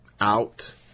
out